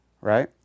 Right